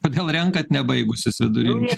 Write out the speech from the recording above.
kodėl renkat nebaigusius vidurinį